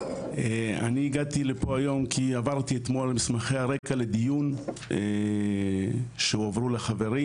אני הגעתי לפה היום כי עברתי אתמול על מסמכי הרקע לדיון שהועברו לחברים